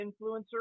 influencer